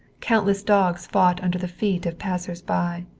countless dogs fought under the feet of passers-by,